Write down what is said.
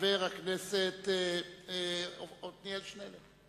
חבר הכנסת עתניאל שנלר.